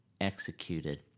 executed